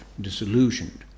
disillusioned